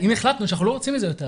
אם החלטנו שאנחנו לא רוצים את זה יותר,